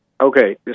Okay